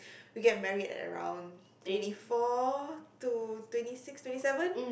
we get married at around twenty four to twenty six twenty seven